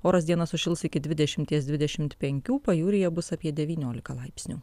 oras dieną sušils iki dvidešimies dvidešim penkių pajūryje bus apie devyniolika laipsnių